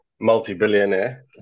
multi-billionaire